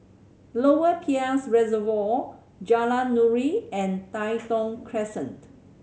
Lower Peirce Reservoir Jalan Nuri and Tai Thong Crescent